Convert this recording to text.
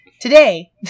Today